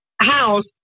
house